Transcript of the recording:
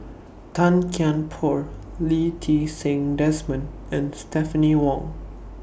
Tan Kian Por Lee Ti Seng Desmond and Stephanie Wong